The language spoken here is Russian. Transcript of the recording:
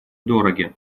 дороги